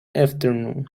afternoon